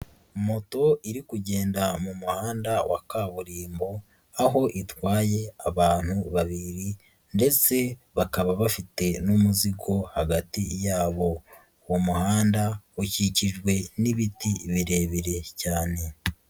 Moto iri kugenda mu muhanda wa kaburimbo, aho itwaye abantu babiri ndetse bakaba bafite n'umuzigo hagati yabo, uwo muhanda ukikijwe n'ibiti birebire cyane.